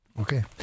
Okay